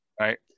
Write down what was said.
right